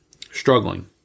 struggling